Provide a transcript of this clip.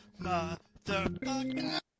Motherfucker